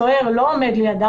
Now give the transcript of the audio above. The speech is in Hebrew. הסוהר לא עומד לידם,